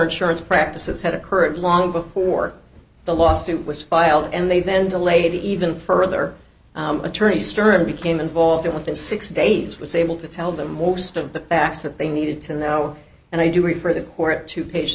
insurance practices that occurred long before the lawsuit was filed and they then delayed even further attorney stir became involved within six days was able to tell them most of the facts that they needed to know and i do refer the court to page